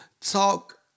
talk